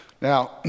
Now